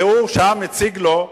והוא שם הציג לו,